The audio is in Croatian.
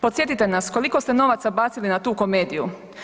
Podsjetite nas koliko ste novaca bacili na tu komediju.